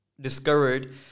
discovered